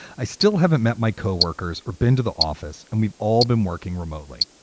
i still haven't met my co-workers or been to the office, and we've all been working remotely.